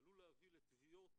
עלול להביא לתביעות